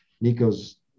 Nico's